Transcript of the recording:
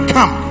Come